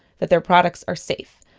that their products are safe.